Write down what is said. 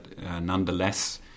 nonetheless